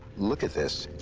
look at this.